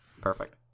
perfect